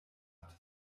art